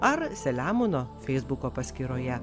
ar saliamono feisbuko paskyroje